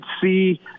see